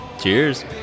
Cheers